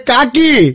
Kaki